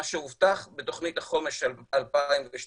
מה שהובטח בתוכנית החומש 2012,